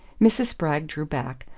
mrs. spragg drew back,